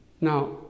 Now